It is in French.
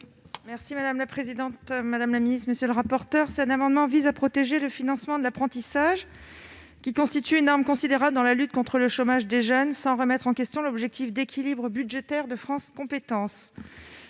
: La parole est à Mme Céline Boulay-Espéronnier. Cet amendement vise à protéger le financement de l'apprentissage qui constitue une arme considérable dans la lutte contre le chômage des jeunes, sans remettre en question l'objectif d'équilibre budgétaire de France compétences.